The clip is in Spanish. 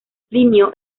plinio